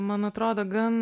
man atrodo gan